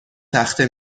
تخته